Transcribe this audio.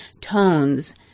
tones